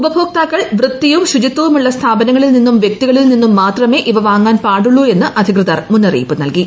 ഉപഭോക്താക്കൾ വൃത്തിയും ശുചിത്വവുമുളള സ്ഥാപനങ്ങളിൽ നിന്നും വ്യക്തികളിൽ നിന്നും മാത്രമേ ഇവ വാങ്ങാൻ പാടുളളു എന്ന് അധികൃതർ മുന്നറിയിപ്പ് നല്കി